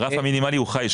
הרף המינימלי הוא ח"י שקלים.